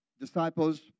disciples